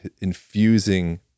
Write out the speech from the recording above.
infusing